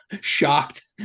shocked